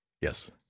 Yes